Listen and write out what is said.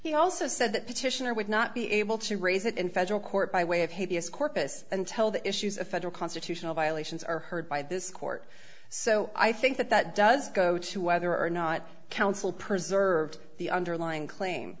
he also said that petitioner would not be able to raise it in federal court by way of habeas corpus until the issues of federal constitutional violations are heard by this court so i think that that does go to whether or not counsel preserved the underlying cl